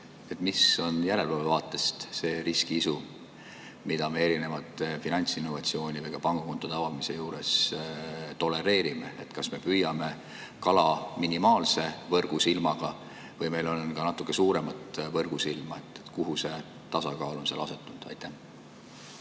mis on järelevalve vaatest see riskiisu, mida me erinevate finantsinnovatsioonidega pangakontode avamise juures tolereerime. Kas me püüame kala minimaalse võrgusilmaga või on meil ka natuke suuremat võrgusilma? Kuhu see tasakaal on asetunud? Aitäh,